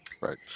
right